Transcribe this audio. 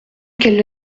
qu’elles